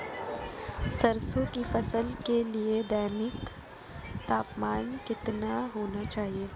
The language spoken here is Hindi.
सरसों की फसल के लिए दैनिक तापमान कितना होना चाहिए?